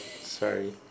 sorry